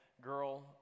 girl